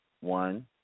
one